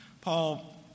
Paul